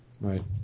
Right